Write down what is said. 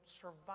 survive